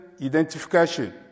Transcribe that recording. Identification